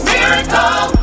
Miracle